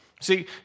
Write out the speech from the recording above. See